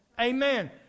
Amen